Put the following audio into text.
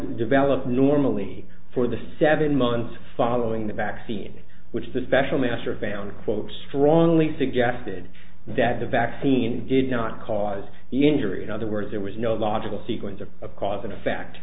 develop normally for the seven months following the vaccine which the special master found quote strongly suggested that the vaccine did not cause injury in other words there was no logical sequence or of cause and effect